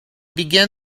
began